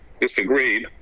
disagreed